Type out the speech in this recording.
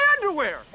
underwear